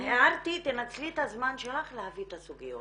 הערתי, תנצלי את הזמן שלך להביא את הסוגיות.